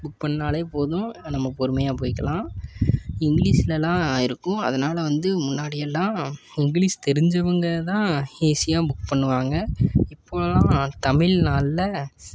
book பண்ணிணாலே போதும் நம்ம பொறுமையாக போய்க்கலாம் இங்கிலீஸ்லெலாம் இருக்கும் அதனால வந்து முன்னாடியெல்லாம் இங்கிலீஸ் தெரிஞ்சவங்க தான் ஈஸியாக புக் பண்ணுவாங்க இப்போவெல்லாம் தமிழ் நல்ல